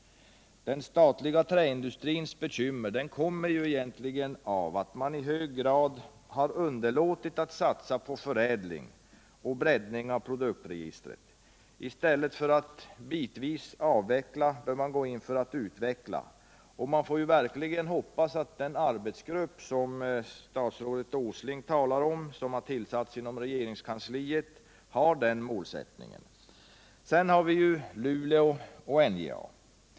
Den statliga träindustrins bekymmer kommer egentligen av att man i hög grad underlåtit att satsa på förädling och breddning av produktregistret. I stället för att bitvis avveckla bör man gå in för att utveckla, och man får verkligen hoppas att den arbetsgrupp, som enligt statsrådet Åsling är tillsatt inom regeringskansliet, har den målsättningen. Sedan har vi Luleå och NJA.